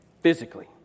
Physically